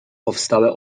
powstałe